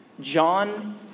John